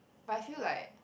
but I feel like